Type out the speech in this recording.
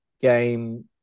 game